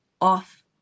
off